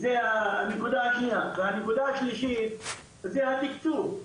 הנקודה השלישית זה התקצוב.